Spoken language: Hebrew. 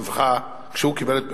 שזכה,